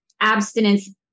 abstinence